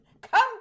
Come